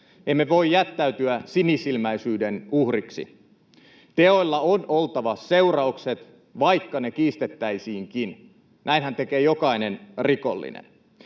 Emme voi jättäytyä sinisilmäisyyden uhriksi. Teoilla on oltava seuraukset, vaikka ne kiistettäisiinkin — näinhän tekee jokainen rikollinen.